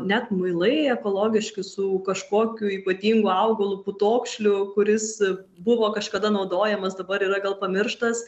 net muilai ekologiški su kažkokiu ypatingu augalu putokšliu kuris buvo kažkada naudojamas dabar yra gal pamirštas